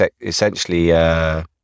essentially